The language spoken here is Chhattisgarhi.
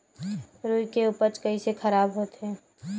रुई के उपज कइसे खराब होथे?